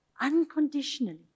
unconditionally